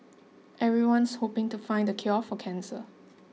everyone's hoping to find the cure for cancer